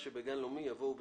בסעיף 30א(ב) לחוק גנים לאומיים,